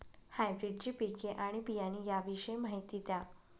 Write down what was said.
हायब्रिडची पिके आणि बियाणे याविषयी माहिती द्या